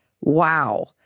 Wow